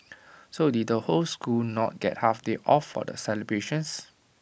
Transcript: so did the whole school not get half day off for the celebrations